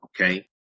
Okay